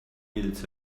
minutes